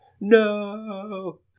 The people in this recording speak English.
No